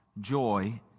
joy